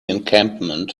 encampment